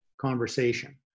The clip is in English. conversation